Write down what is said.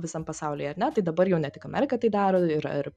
visam pasaulyje ar ne tai dabar jau ne tik amerika tai daro ir ir